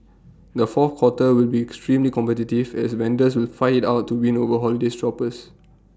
the fourth quarter will be extremely competitive as vendors will fight IT out to win over holiday shoppers